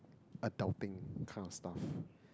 adult thing kind of stuff